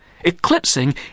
eclipsing